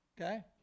Okay